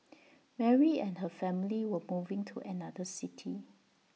Mary and her family were moving to another city